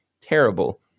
terrible